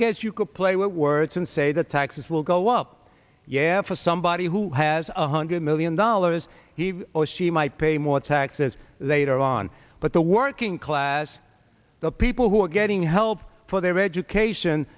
guess you could play with words and say that taxes will go up year for somebody who has a hundred million dollars he or she might pay more taxes later on but the working class the people who are getting help for their education